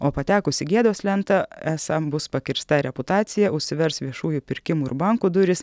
o patekus į gėdos lentą esą bus pakirsta reputacija užsivers viešųjų pirkimų ir bankų durys